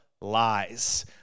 lies